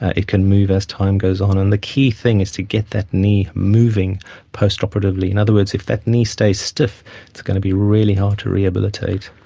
it can move as time goes on. and the key thing is to get that knee moving post-operatively. in other words, if that knee stays stiff it's going to be really hard to rehabilitate.